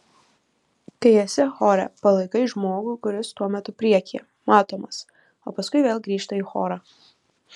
kai esi chore palaikai žmogų kuris tuo metu priekyje matomas o paskui vėl grįžta į chorą